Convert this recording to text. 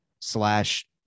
slash